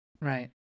Right